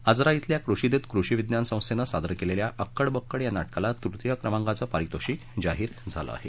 आजरा येथील कृषिद्रत कृषी विज्ञान संस्थेने सादर केलेल्या अक्कड बक्कड या ना क्राला तृतीय क्रमांकाचे पारितोषिक जाहीर झाले आहे